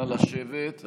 נא לשבת.